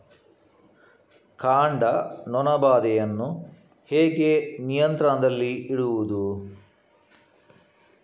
ಕಾಂಡ ನೊಣ ಬಾಧೆಯನ್ನು ಹೇಗೆ ನಿಯಂತ್ರಣದಲ್ಲಿಡುವುದು?